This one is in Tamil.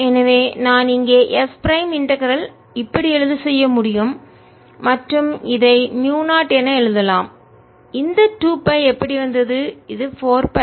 எனவே நான் இங்கே s பிரைம் இன்டகரல் இப்படி எழுத செய்ய முடியும் மற்றும் இதை மூயு 0 என எழுதலாம் இந்த 2 பை எப்படி வந்தது இது 4 பை